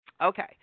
Okay